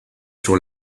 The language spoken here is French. sur